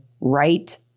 right